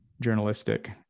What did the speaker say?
journalistic